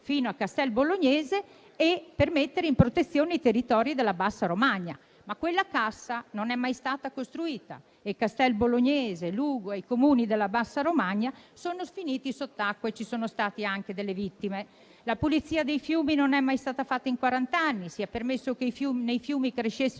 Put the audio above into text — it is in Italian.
fino a Castel Bolognese e per mettere in sicurezza i territori della bassa Romagna. Tuttavia quella cassa di espansione non è mai stata costruita e Castel Bolognese, Lugo e i Comuni della bassa Romagna sono finiti sott'acqua e ci sono state anche delle vittime. La pulizia dei fiumi non è mai stata fatta in quarant'anni; si è permesso che nei fiumi crescessero